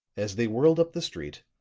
as they whirled up the street,